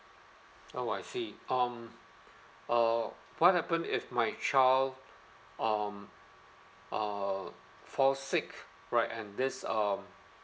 oh I see um uh what happen if my child um uh fall sick right and this um